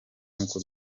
n’uko